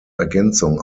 ergänzung